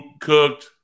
cooked